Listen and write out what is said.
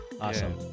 awesome